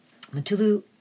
Matulu